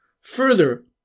Further